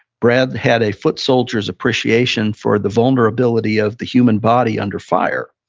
brad had a foot soldier's appreciation for the vulnerability of the human body under fire.